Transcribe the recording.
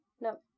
No